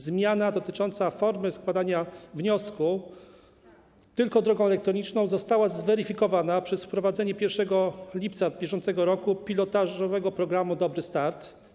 Zmiana dotycząca formy składania wniosków - tylko drogą elektroniczną - została zweryfikowana przez wprowadzenie 1 lipca br. pilotażowego programu „Dobry start”